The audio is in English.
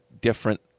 different –